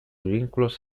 vínculos